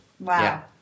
Wow